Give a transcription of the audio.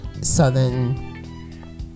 southern